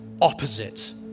opposite